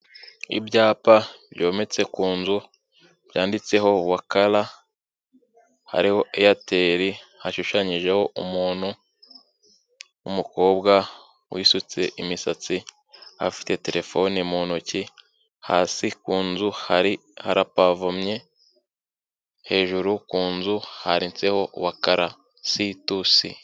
Ibyapa byometse ku nzu, byanditseho WAKALA, hariho Airtel, hashushanyijeho umuntu w'umukobwa wisutse imisatsi, afite terefone mu ntoki, hasi ku nzu harapavomye hejuru ku nzu hatseho WAKALA, C2C.